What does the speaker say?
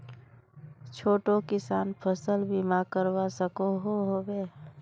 छोटो किसान फसल बीमा करवा सकोहो होबे?